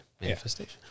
Manifestation